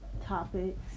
topics